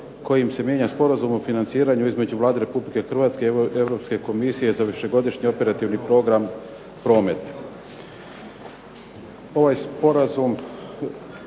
kojim se mijenja Sporazum o financiranju između Vlade Republike Hrvatske i Europske komisije za višegodišnji operativni program "Promet"